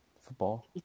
football